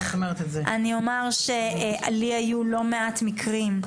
אני אומר שלי היו לא מעט מקרים,